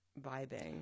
vibing